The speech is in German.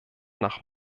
nach